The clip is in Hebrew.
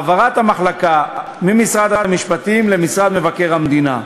העברת המחלקה ממשרד המשפטים למשרד מבקר המדינה,